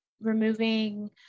removing